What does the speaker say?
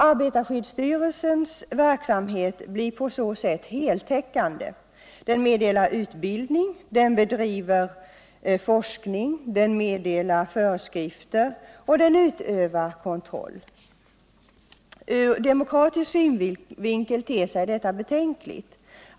Arbetarskyddsstyrelsens verksamhet blir på så sätt heltäckande. Den meddelar utbildning, den bedriver forskning, den meddelar föreskrifter och den utövar kontroll. Ur demokratisk synvinkel ter sig detta betänkligt.